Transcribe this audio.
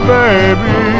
baby